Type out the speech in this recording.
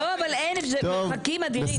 לא, אבל אין, זה מרחקים אדירים.